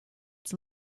its